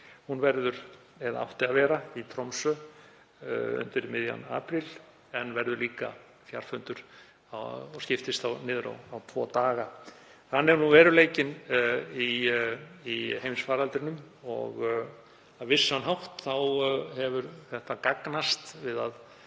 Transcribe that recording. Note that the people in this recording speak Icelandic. ára fresti, átti að vera í Tromsö undir miðjan apríl en verður líka fjarfundur og skiptist niður á tvo daga. Þannig er nú veruleikinn í heimsfaraldrinum. Á vissan hátt hefur þetta gagnast við að